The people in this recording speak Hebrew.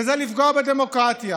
וזה לפגוע בדמוקרטיה.